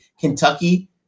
Kentucky